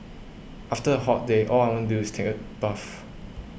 after a hot day all I want to do is take a bath